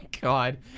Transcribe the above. God